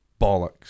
bollocks